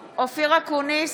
אקוניס,